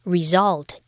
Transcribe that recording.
Result